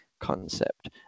concept